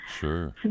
Sure